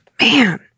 Man